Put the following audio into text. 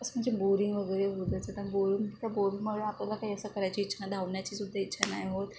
असं म्हणजे बोरिंग वगैरे होतं बोरिंग बोरिंगमुळे आपल्याला काही असं करायची इच्छा नाही धावण्याची सुद्धा इच्छा नाही होत